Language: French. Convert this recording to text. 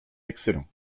excellents